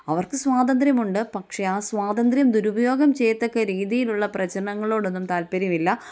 അവർക്ക് സ്വാതന്ത്ര്യമുണ്ട് പക്ഷെ ആ സ്വാതന്ത്ര്യം ദുരുപയോഗം ചെയ്യത്തക്ക രീതിയിലുള്ള പ്രചരണങ്ങളോടൊന്നും താല്പര്യമില്ല